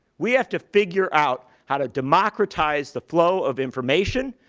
we have to figure out how to democratize the flow of information,